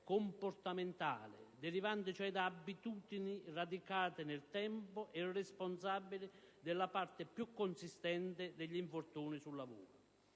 comportamentale, derivanti cioè da abitudini radicate nel tempo e responsabili della parte più consistente degli infortuni sul lavoro.